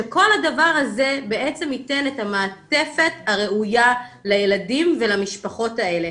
שכל הדבר הזה בעצם ייתן את המעטפת הראויה לילדים ולמשפחות האלה.